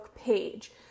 page